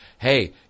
hey